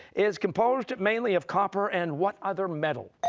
is composed mainly of copper and what other metal?